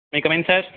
May I come in sir